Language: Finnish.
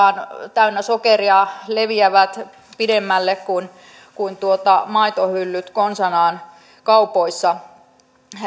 täynnä sokeria vain leviävät pidemmälle kuin kuin maitohyllyt konsanaan kaupoissa